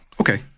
Okay